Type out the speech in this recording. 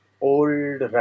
old